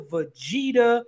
Vegeta